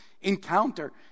encounter